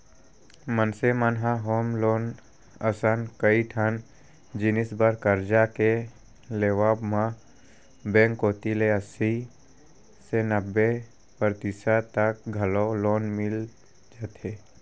मनसे मन ल होम लोन असन कइ ठन जिनिस बर करजा के लेवब म बेंक कोती ले अस्सी ले नब्बे परतिसत तक घलौ लोन मिल जाथे